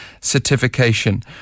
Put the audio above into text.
certification